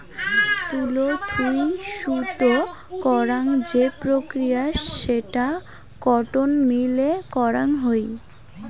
তুলো থুই সুতো করাং যে প্রক্রিয়া সেটা কটন মিল এ করাং হই